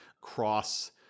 cross